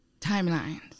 timelines